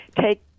take